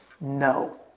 no